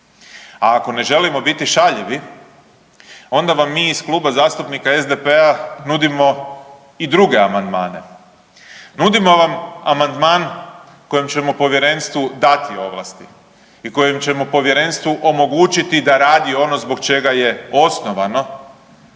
A ako ne želimo biti šaljivi onda vam mi iz Kluba zastupnika SDP-a nudimo i druge amandmane, nudimo vam amandman kojem ćemo povjerenstvu dati ovlasti i kojim ćemo povjerenstvu omogućiti da radi ono zbog čega je osnovano